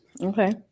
Okay